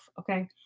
okay